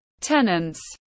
Tenants